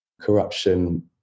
corruption